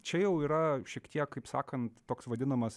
čia jau yra šiek tiek kaip sakant toks vadinamas